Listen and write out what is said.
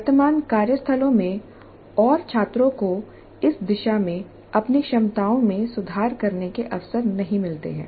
वर्तमान कार्यस्थलों में और छात्रों को इस दिशा में अपनी क्षमताओं में सुधार करने के अवसर नहीं मिलते हैं